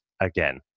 again